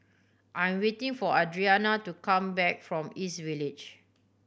I am waiting for Adriana to come back from East Village